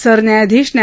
सरन्यायाधीश न्या